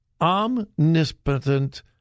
omnipotent